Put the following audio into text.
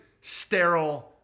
sterile